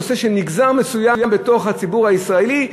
נושא של מגזר מסוים בתוך הציבור הישראלי,